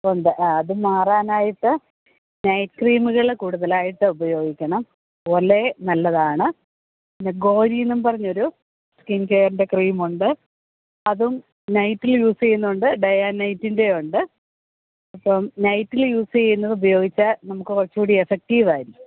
ഉണ്ട് ആ അത് മാറാനായിട്ട് നൈറ്റ് ക്രീമുകൾ കൂടുതലായിട്ട് ഉപയോഗിക്കണം ഒലേ നല്ലതാണ് പിന്നെ ഗോരിയെന്നും പറഞ്ഞൊരു സ്കിൻ കെയറിൻ്റെ ക്രീമുണ്ട് അതും നൈറ്റിൽ യൂസ് ചെയ്യുന്നുണ്ട് ഡേ ആൻ്റ് നെറ്റിൻ്റെ ഉണ്ട് അപ്പം നൈറ്റിൽ യൂസ് ചെയ്യുന്നത് ഉപയോഗിച്ചാൽ നമുക്ക് കുറച്ചുകൂടി ഇഫ്ഫക്ടീവ് ആയിരിക്കും